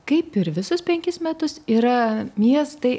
kaip ir visus penkis metus yra miestai